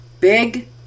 Big